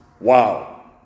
Wow